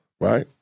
right